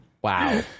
Wow